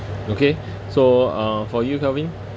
okay so uh for you kelvin